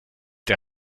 der